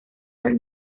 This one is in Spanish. del